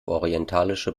orientalische